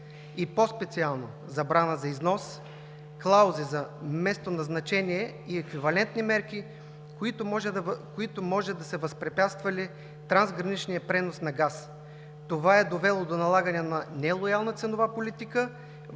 и по-специално забрана за износ, клаузи за местоназначение и еквивалентни мерки, които може да са възпрепятствали трансграничния пренос на газ. Това е довело до налагане на нелоялна ценова политика